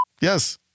Yes